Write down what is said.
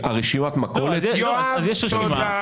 רשימת מכולת --- אז יש רשימה,